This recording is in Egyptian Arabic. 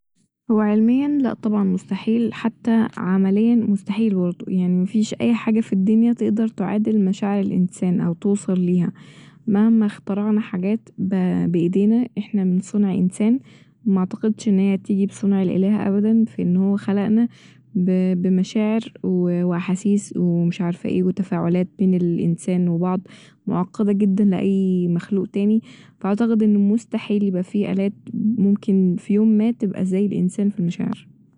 هو علميا لا طبعا مستحيل حتى عمليا مستحيل برضه ، يعني مفيش أي حاجة ف الدنيا تقدر تعادل مشاعر الانسان او توصل ليها مهما اخترعنا حاجات ب- بايدينا احنا من صنع انسان معتقدش ان هي هتيجي بصنع الإله ابدا ف إن هو خلقنا ب- بمشاعر و و احاسيس ومش عارفة ايه وتفاعلات بين الانسان وبعض معقدة جدا لأي مخلوق تاني ف اعتقد إنه مستحيل يبقى في آلات ممكن ف يوم ما تبقى زي الانسان ف المشاعر